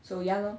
so yeah lor